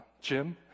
Jim